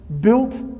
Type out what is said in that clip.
built